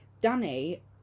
Danny